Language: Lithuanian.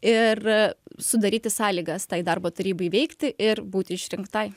ir sudaryti sąlygas tai darbo tarybai veikti ir būti išrinktai